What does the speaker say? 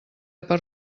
per